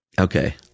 Okay